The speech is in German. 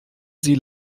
sie